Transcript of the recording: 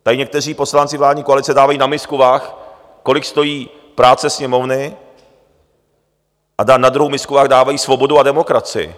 Tady někteří poslanci vládní koalice dávají na misku vah, kolik stojí práce Sněmovny, a na druhou misku vah dávají svobodu a demokracii.